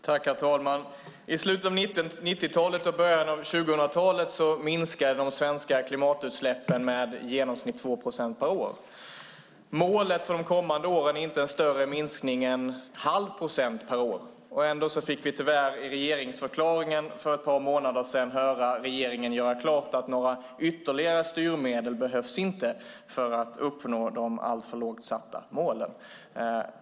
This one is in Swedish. Herr talman! I slutet av 1990-talet och början av 2000-talet minskade de svenska klimatutsläppen med i genomsnitt 2 procent per år. Målet för de kommande åren är inte en större minskning än en halv procent per år. Ändå fick vi tyvärr i regeringsförklaringen för ett par månader sedan höra regeringen göra klart att några ytterligare styrmedel inte behövs för att uppnå de alltför lågt satta målen.